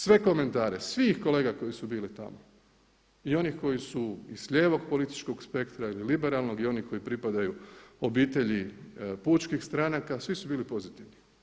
Sve komentare, svih kolega koji su bili tamo i oni koji su iz lijevog političkog spektra ili liberalnog i oni koji pripadaju obitelji pučkih stranaka, svi su bili pozitivni.